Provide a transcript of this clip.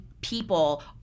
people